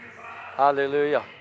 Hallelujah